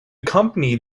company